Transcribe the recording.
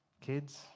kids